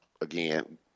Again